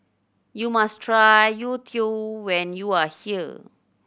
you must try youtiao when you are here